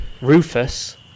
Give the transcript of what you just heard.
Rufus